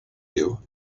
you